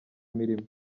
imirimo